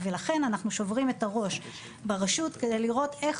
ולכן אנחנו שוברים את הראש ברשות כדי לראות איך